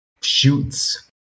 shoots